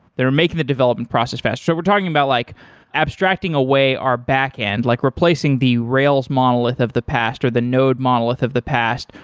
they're making the development process faster. we're talking about like abstracting away our back-end, like replacing the rails monolith of the past, or the node monolith of the past,